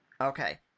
Okay